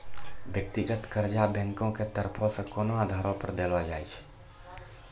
व्यक्तिगत कर्जा बैंको के तरफो से कोनो आधारो पे देलो जाय छै